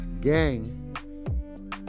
gang